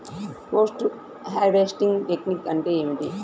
Post harvesting technique అంటే ఏమిటీ?